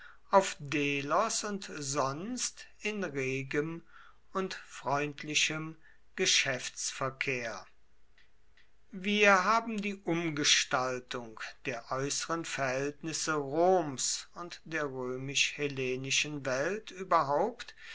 auf delos und sonst in regem und freundlichem geschäftsverkehr wir haben die umgestaltung der äußeren verhältnisse roms und der römisch hellenischen welt überhaupt